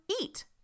eat